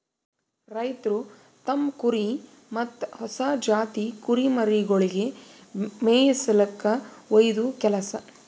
ರೈತ್ರು ತಮ್ಮ್ ಕುರಿ ಮತ್ತ್ ಹೊಸ ಜಾತಿ ಕುರಿಮರಿಗೊಳಿಗ್ ಮೇಯಿಸುಲ್ಕ ಒಯ್ಯದು ಕೆಲಸ